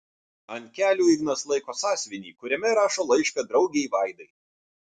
ant kelių ignas laiko sąsiuvinį kuriame rašo laišką draugei vaidai